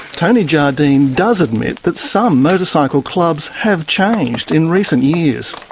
tony jardine does admit that some motorcycle clubs have changed in recent years.